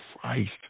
Christ